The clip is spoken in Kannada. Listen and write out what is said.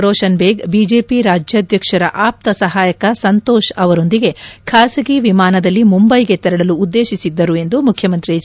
ರೋಷನ್ ಬೇಗ್ ಬಿಜೆಪಿ ರಾಜ್ಯಾಧ್ಯಕ್ಷರ ಆಪ್ತ ಸಹಾಯಕ ಸಂತೋಷ್ ಅವರೊಂದಿಗೆ ಖಾಸಗಿ ವಿಮಾನದಲ್ಲಿ ಮುಂಬೈಗೆ ತೆರಳಲು ಉದ್ದೇಶಿಸಿದ್ದರು ಎಂದು ಮುಖ್ಯಮಂತ್ರಿ ಎಚ್